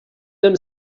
them